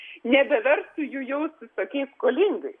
nebeverstų jų jaustis tokiais skolingais